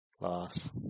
loss